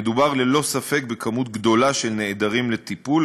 מדובר ללא ספק במספר גדול של נעדרים לטיפול,